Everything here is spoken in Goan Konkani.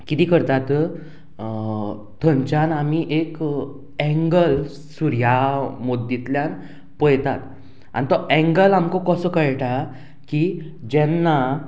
किदें करतात थंयच्यान आमी एक एंगल सुर्या मोद्दींतल्यान पयतात आनी तो एंगल आमकां कसो कळटा की जेन्ना